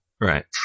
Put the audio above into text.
Right